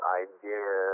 idea